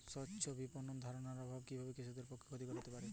স্বচ্ছ বিপণন ধারণার অভাব কি কৃষকদের পক্ষে ক্ষতিকর হতে পারে?